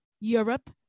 Europe